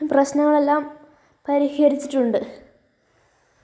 പ്രശ്നങ്ങളെല്ലാം പരിഹരിച്ചിട്ടുണ്ട്